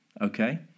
Okay